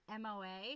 moa